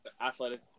athletic –